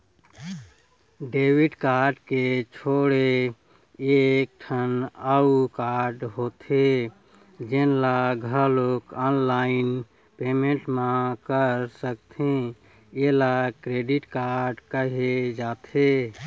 debit card के छोड़े एकठन अउ कारड होथे जेन ल घलोक ऑनलाईन पेमेंट म कर सकथे एला क्रेडिट कारड कहे जाथे